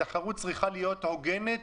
התחרות צריכה להיות הוגנת